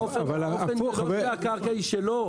האופן זה לא שהקרקע היא שאו.